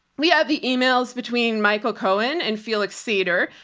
we have the emails between michael cohen and felix sater,